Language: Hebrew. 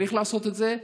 צריך לעשות את זה,